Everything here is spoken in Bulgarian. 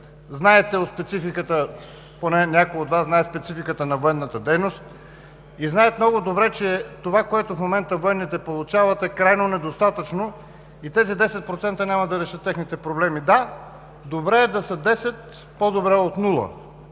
Знаете, поне някои от Вас знаят спецификата на военната дейност и знаят много добре, че това, което в момента военните получават, е крайно недостатъчно и тези 10% няма да решат техните проблеми. Да, добре е да са 10, по-добре е от